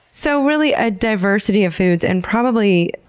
so really a diversity of foods and probably,